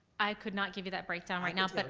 i could not give you that breakdown right now but